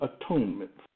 atonement